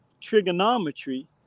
trigonometry